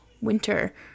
winter